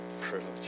privilege